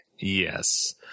Yes